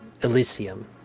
Elysium